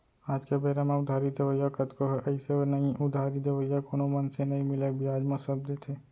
आज के बेरा म उधारी देवइया कतको हे अइसे नइ उधारी देवइया कोनो मनसे नइ मिलय बियाज म सब देथे